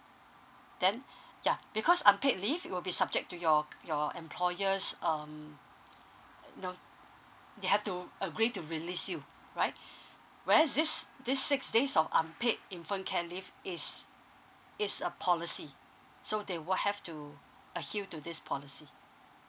then ya because unpaid leave it will be subject to your your employer's um no they have to agree to release you right where's this this six days of unpaid infant care leave is is a policy so they will have to obey to this policy